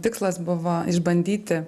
tikslas buvo išbandyti